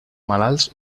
malalts